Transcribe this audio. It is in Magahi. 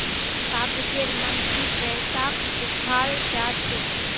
कागजेर मन भी पैसाक दखाल जा छे